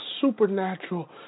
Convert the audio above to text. supernatural